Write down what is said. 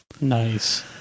Nice